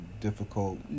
difficult